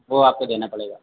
वह आपको देना पड़ेगा